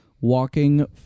walking